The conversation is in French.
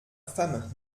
femme